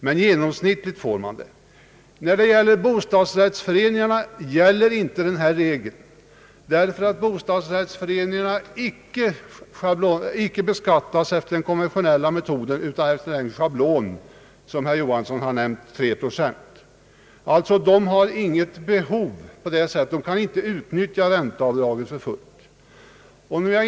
Men i genomsnitt får man samma utbyte av avdragen. Denna regel gäller inte för bostadsrättsföreningarna, eftersom dessa inte beskattas efter den konventionella metoden utan efter ett schablonavdrag på 3 procent som herr Tage Johansson nämnde. I dessa fall kan inte ränteavdragen utnyttjas helt och fullt.